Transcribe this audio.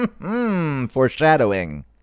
Foreshadowing